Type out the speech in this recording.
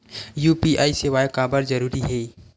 UPI सेवाएं काबर जरूरी हे?